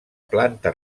planta